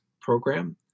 Program